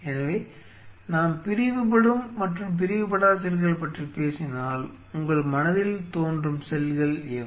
எனவே நாம் பிரிவுபடும் மற்றும் பிரிவுபடாத செல்கள் பற்றி பேசினால் உங்கள் மனதில் தோன்றும் செல்கள் எவை